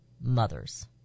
mothers